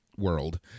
world